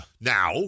Now